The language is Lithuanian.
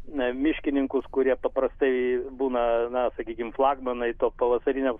na miškininkus kurie paprastai būna na sakykim lagmanai to pavasarinio